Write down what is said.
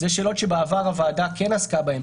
אלה שאלות שבעבר הוועדה כן עסקה בהן,